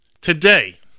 today